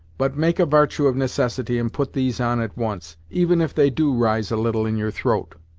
but make a vartue of necessity and put these on at once, even if they do rise a little in your throat.